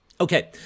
Okay